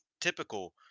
typical